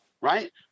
Right